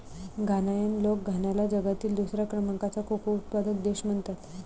घानायन लोक घानाला जगातील दुसऱ्या क्रमांकाचा कोको उत्पादक देश म्हणतात